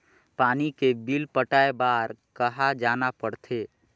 पानी के बिल पटाय बार कहा जाना पड़थे?